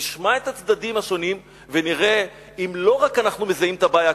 נשמע את הצדדים השונים ונראה אם לא רק אנחנו מזהים את הבעיה,